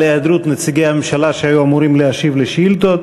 היעדרות נציגי הממשלה שהיו אמורים להשיב על שאילתות.